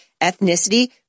ethnicity